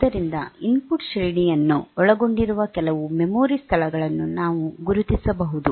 ಆದ್ದರಿಂದ ಇನ್ಪುಟ್ ಶ್ರೇಣಿಯನ್ನು ಒಳಗೊಂಡಿರುವ ಕೆಲವು ಮೆಮೊರಿ ಸ್ಥಳಗಳನ್ನು ನಾವು ಗುರುತಿಸಬಹುದು